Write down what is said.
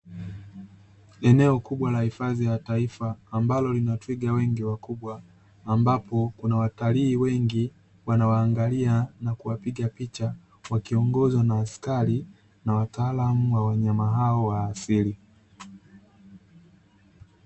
Eneo kubwa la hifadhi ya taifa ambalo lina twiga wengi wakubwa, ambapo kuna watalii wengi wanaoangalia na kupiga picha wakiongozwa na askari na wataalamu wa wanyama hao wa asili.